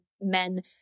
men